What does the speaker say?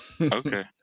Okay